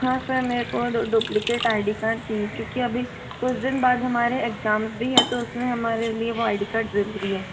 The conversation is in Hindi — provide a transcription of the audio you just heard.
हाँ सर मेरे को डूप्लीकैट आइ डी कार्ड चाहिए क्योंकि अभी कुछ दिन बाद हमारे इग्ज़ाम भी है तो उसमें हमारे लिए वो आइ डी कार्ड जरूरी है